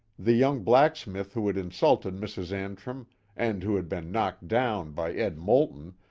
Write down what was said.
the young blacksmith who had insulted mrs. antrim and who had been knocked down by ed. moulton,